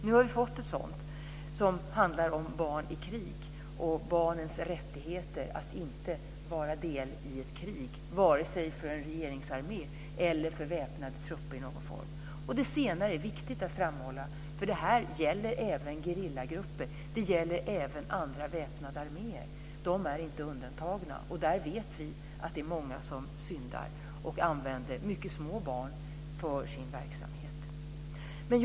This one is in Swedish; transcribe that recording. Nu har vi fått ett sådant som handlar om barn i krig och barnens rättigheter att inte vara del i ett krig, vare sig för en regeringsarmé eller för väpnade trupper i någon form. Och det senare är viktigt att framhålla, eftersom detta även gäller gerillagrupper och andra väpnade arméer. De är inte undantagna. Och vi vet att det är många som syndar och använder mycket små barn för sin verksamhet.